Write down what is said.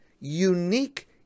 unique